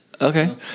okay